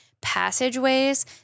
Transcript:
passageways